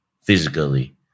physically